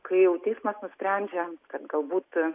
kai jau teismas nusprendžia kad galbūt